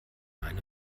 eine